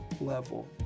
level